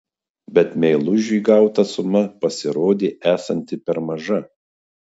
bet meilužiui gauta suma pasirodė esanti per maža